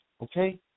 Okay